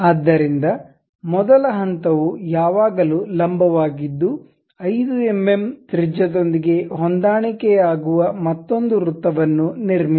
ಆದ್ದರಿಂದ ಮೊದಲ ಹಂತವು ಯಾವಾಗಲೂ ಲಂಬವಾಗಿದ್ದು 5 ಎಂಎಂ ತ್ರಿಜ್ಯದೊಂದಿಗೆ ಹೊಂದಾಣಿಕೆಯಾಗುವ ಮತ್ತೊಂದು ವೃತ್ತವನ್ನು ನಿರ್ಮಿಸಿ